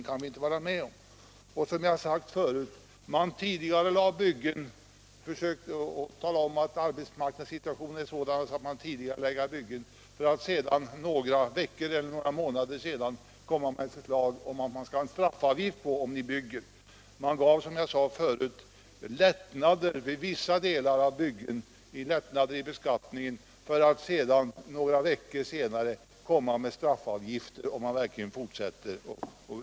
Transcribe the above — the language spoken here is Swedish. Jag vill än en gång peka på att man också tidigarelade byggen med motiveringen att arbetsmarknadssituationen var sådan att detta var nödvändigt, för att några veckor eller månader senare föreslå att man skulle ålägga dem som byggde straffavgifter. Man införde alltså lättnader i beskattningen för viss byggnation för att senare införa straffavgifter för samma byggnation.